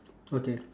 okay